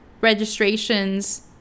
registrations